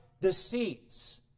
deceits